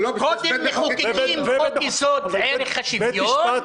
קודם מחוקקים חוק יסוד: ערך השוויון -- לא,